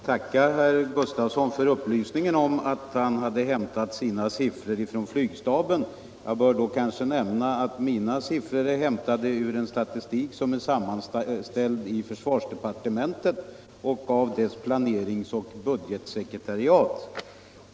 Herr talman! Jag tackar herr Gustafsson för upplysningen om att han hade hämtat sina siffror från flygstaben. Jag bör då kanske nämna att mina siffror är hämtade ur en statistik som är sammanställd i försvarsdepartementets planeringsoch budgetsekretariat.